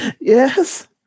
yes